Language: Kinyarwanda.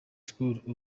school